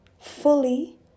fully